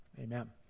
Amen